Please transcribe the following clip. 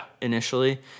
initially